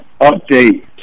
update